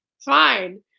Fine